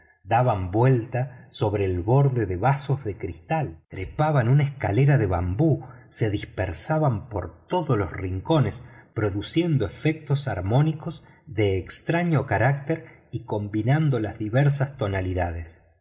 daban vuelta sobre el borde de vasos de cristal trepaban por escaleras de bambú se dispersaban por todos los rincones produciendo efectos armónicos de extraño carácter y combinando las diversas tonalidades